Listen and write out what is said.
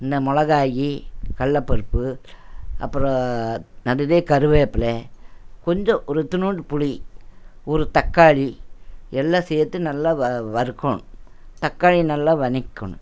இந்த மிளகாயி கடலப்பருப்பு அப்பறம் அதுவே கருவேப்பில்லை கொஞ்சம் ஒரு இத்துனோண்டு புளி ஒரு தக்காளி எல்லாம் சேர்த்து நல்லா வ வறுக்கணும் தக்காளி நல்லா வனக்கிக்கணும்